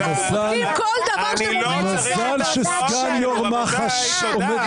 יש חוקים שחלים מהכנסת הבאה.